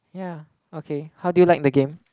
yeah okay how did you like the game